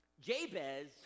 Jabez